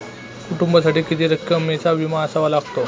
कुटुंबासाठी किती रकमेचा विमा असावा लागतो?